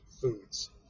foods